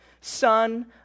son